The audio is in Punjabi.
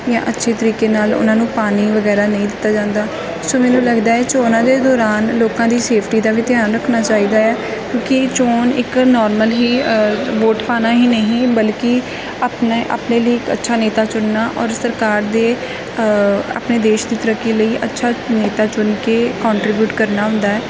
ਜਾਂ ਅੱਛੇ ਤਰੀਕੇ ਨਾਲ ਉਹਨਾਂ ਨੂੰ ਪਾਣੀ ਵਗੈਰਾ ਨਹੀਂ ਦਿੱਤਾ ਜਾਂਦਾ ਸੋ ਮੈਨੂੰ ਲੱਗਦਾ ਏ ਚੋਣਾਂ ਦੇ ਦੌਰਾਨ ਲੋਕਾਂ ਦੀ ਸੇਫਟੀ ਦਾ ਵੀ ਧਿਆਨ ਰੱਖਣਾ ਚਾਹੀਦਾ ਹੈ ਕਿਉਂਕਿ ਚੋਣ ਇੱਕ ਨੋਰਮਲ ਹੀ ਵੋਟ ਪਾਉਣਾ ਹੀ ਨਹੀਂ ਬਲਕੀ ਆਪਨੇ ਆਪਣੇ ਲਈ ਇੱਕ ਅੱਛਾ ਨੇਤਾ ਚੁਣਨਾ ਔਰ ਸਰਕਾਰ ਦੇ ਆਪਣੇ ਦੇਸ਼ ਦੀ ਤਰੱਕੀ ਲਈ ਅੱਛਾ ਨੇਤਾ ਚੁਣ ਕੇ ਕੋਂਟਰੀਬਿਊਟ ਕਰਨਾ ਹੁੰਦਾ ਹੈ